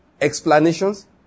explanations